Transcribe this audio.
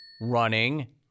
running